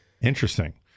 Interesting